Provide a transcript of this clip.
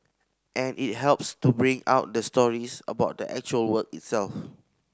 and it helps to bring out the stories about the actual work itself